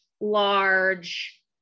large